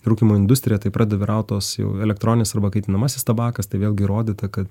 rūkymo industriją tai pradeda vyraut tos jau elektroninės arba kaitinamasis tabakas tai vėlgi įrodyta kad